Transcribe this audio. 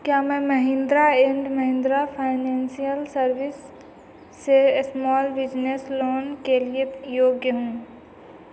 क्या मैं Mahindra and Mahindra Financial Service से स्मॉल बिज़नेस लोन के लिए योग्य हूँ